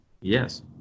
Yes